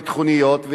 הביטחוניות?